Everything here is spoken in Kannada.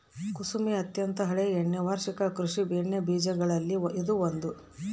ಕುಸುಮೆ ಅತ್ಯಂತ ಹಳೆಯ ಎಣ್ಣೆ ವಾರ್ಷಿಕ ಕೃಷಿ ಎಣ್ಣೆಬೀಜ ಬೆಗಳಲ್ಲಿ ಇದು ಒಂದು